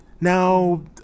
Now